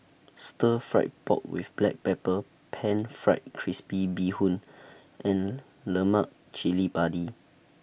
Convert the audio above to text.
Stir Fried Pork with Black Pepper Pan Fried Crispy Bee Hoon and Lemak Cili Padi